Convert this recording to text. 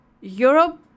Europe